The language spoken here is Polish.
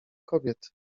kobiet